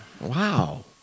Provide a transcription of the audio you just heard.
Wow